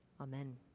Amen